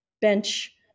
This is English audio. bench